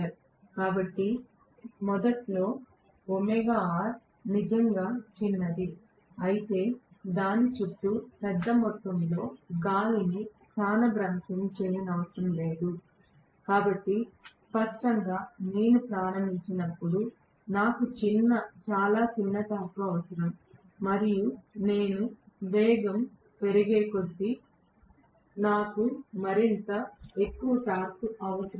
కాబట్టి మొదట్లో నిజంగా చిన్నది అయితే దాని చుట్టూ పెద్ద మొత్తంలో గాలిని స్థానభ్రంశం చేయనవసరం లేదు కాబట్టి స్పష్టంగా నేను ప్రారంభించినప్పుడు నాకు చాలా చిన్న టార్క్ అవసరం మరియు నేను వేగం పెరిగేకొద్దీ నాకు మరింత ఎక్కువ టార్క్ అవసరం